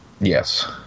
Yes